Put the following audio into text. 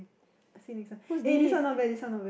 who's this